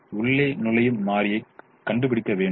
எனவே உள்ளே நுழையும் மாறியைக் கண்டுபிடிக்க வேண்டும்